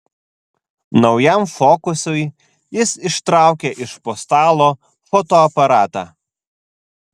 naujam fokusui jis ištraukė iš po stalo fotoaparatą